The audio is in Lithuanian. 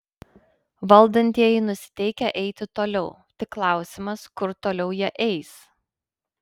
valdantieji nusiteikę eiti toliau tik klausimas kur toliau jie eis